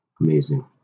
amazing